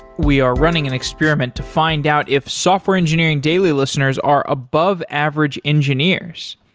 we are running an experiment to find out if software engineering daily listeners are above average engineers.